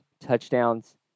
touchdowns